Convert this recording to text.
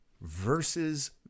versus